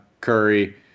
Curry